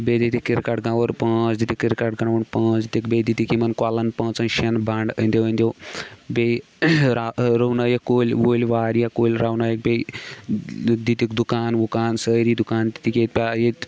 بیٚیہِ دِتِکھ cricket ground پٲنٛژھ دِتِکھ کِرکَٹ گرٛاوُنٛڈ پٲنٛژھ دِتِکھ بیٚیہِ دِتِکھ یِمَن کۄلَن پانٛژَن شیٚن بنٛڈ أنٛدیو أنٛدیو بیٚیہِ را رُونٲیِکھ کُلۍ وُلۍ واریاہ کُلۍ رُونٲیِکھ بیٚیہِ دِتِکھ دُکان وُکان سٲری دُکان دِتِکھ ییٚتہِ بہ ییٚتہِ